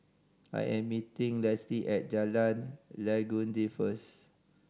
I am meeting Lesley at Jalan Legundi first